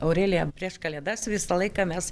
aurelija prieš kalėdas visą laiką mes